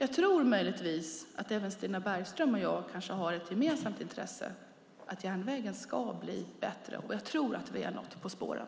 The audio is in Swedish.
Stina Bergström och jag har möjligtvis ett gemensamt intresse av att järnvägen ska bli bättre. Jag tror att vi är något på spåren!